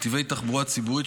נתיבי תחבורה ציבורית,